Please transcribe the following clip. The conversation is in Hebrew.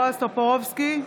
טופורובסקי,